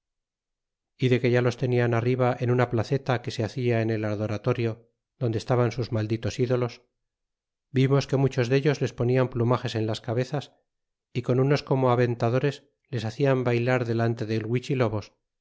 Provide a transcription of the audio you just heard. y de que ya los tenían arriba en una placeta que se hacia en el adoratorio donde estaban sus malditos ídolos vimos que muchos dellos les ponian plumages en las cabezas y con unos como aventadores les hacian baylar delante del